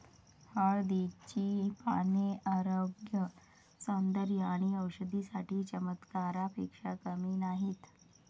हळदीची पाने आरोग्य, सौंदर्य आणि औषधी साठी चमत्कारापेक्षा कमी नाहीत